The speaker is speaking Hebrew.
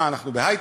מה, אנחנו בהיי-טק?